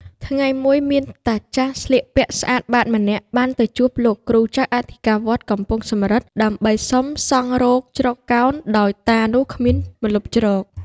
ថ្ងៃមួយមានតាចាស់ស្លៀកពាក់ស្អាតបាតម្នាក់ បានទៅជួបលោកគ្រូចៅអធិការវត្តកំពង់សំរឹទ្ធ ដើម្បីសុំសង់រោងជ្រកកោន ដោយតានោះគ្មានម្លប់ជ្រក ។